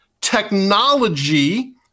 technology